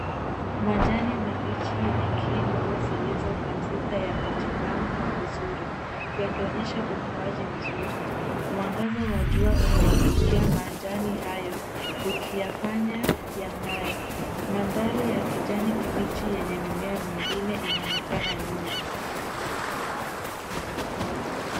Majani mabichi yenye kingo zilizokatika yamejipanga vizuri yakionyesha ukuaji mzuri mwangaza wa jua unaangukia majani hayo ukiyafanya yangae mandhari ya kijani kibichi yenye mimea mingine inaonekana nyuma.